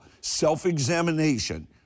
self-examination